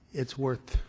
it's worth